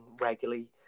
regularly